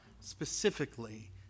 specifically